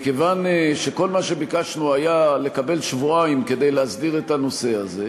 מכיוון שכל מה שביקשנו היה לקבל שבועיים כדי להסדיר את הנושא הזה,